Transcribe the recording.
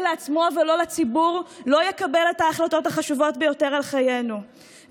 לעצמו ולא לציבור לא יקבל את ההחלטות החשובות ביותר על חיינו,